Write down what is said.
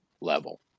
level